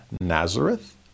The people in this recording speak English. Nazareth